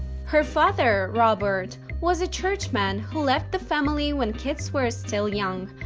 her father, robert was a churchman who left the family when kids were still young.